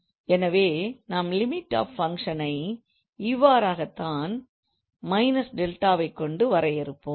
எனவே நாம் limit of function ஐ இவ்வாறாகத்தான் − 𝛿 ஐக்கொண்டு வரையறுப்போம்